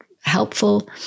helpful